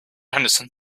henderson